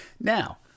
Now